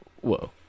whoa